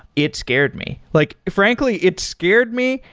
it scared me. like frankly, it scared me.